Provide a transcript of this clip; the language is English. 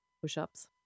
push-ups